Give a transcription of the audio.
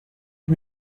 ich